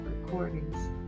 recordings